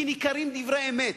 כי ניכרים דברי אמת,